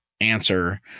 answer